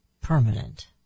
permanent